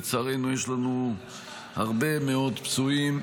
לצערנו, יש לנו הרבה מאוד פצועים,